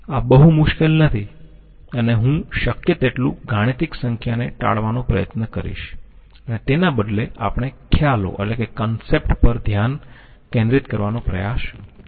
આ બહુ મુશ્કેલ નથી અને હું શક્ય તેટલું ગાણિતિક સંખ્યાને ટાળવાનો પ્રયત્ન કરીશ અને તેના બદલે આપણે ખ્યાલો પર ધ્યાન કેન્દ્રિત કરવાનો પ્રયાસ કરીશું